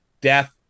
death